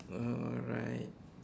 alright